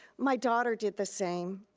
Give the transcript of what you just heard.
my daughter did the same.